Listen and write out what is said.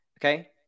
Okay